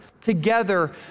together